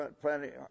plenty